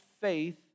faith